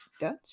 Dutch